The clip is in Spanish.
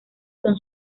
son